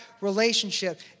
relationship